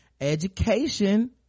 Education